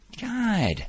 God